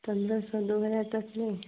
पंद्रह सौ दो हज़ार तक में